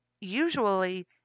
usually